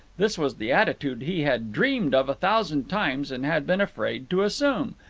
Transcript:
this was the attitude he had dreamed of a thousand times and had been afraid to assume.